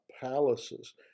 palaces